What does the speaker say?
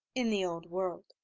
in the old world.